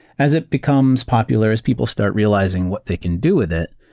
as it becomes popular, as people start realizing what they can do with it,